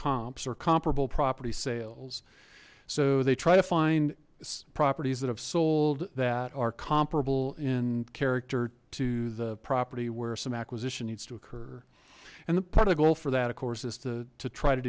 or comparable property sales so they try to find properties that have sold that are comparable in character to the property where some acquisition needs to occur and the part of goal for that of course is to to try to